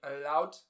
allowed